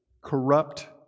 corrupt